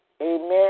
Amen